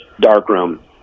darkroom